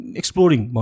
exploring